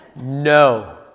No